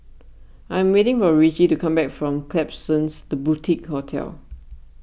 I am waiting for Ritchie to come back from Klapsons the Boutique Hotel